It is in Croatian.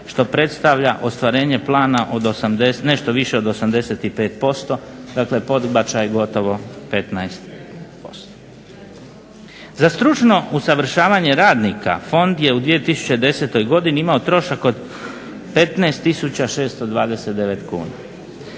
što predstavlja ostvarenje plana nešto više od 85%, dakle podbačaj gotovo 15%. Za stručno usavršavanje radnika fond je u 2010. godini imao trošak od 15 tisuća